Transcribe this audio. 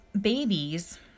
babies